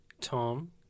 Tom